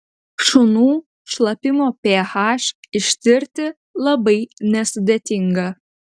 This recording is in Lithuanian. šunų šlapimo ph ištirti labai nesudėtinga